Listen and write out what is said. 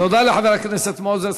תודה לחבר הכנסת מוזס.